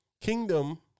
kingdom